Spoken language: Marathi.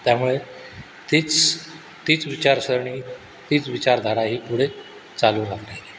त्यामुळे तीच तीच विचारसरणी तीच विचारधारा ही पुढे चालू राहिली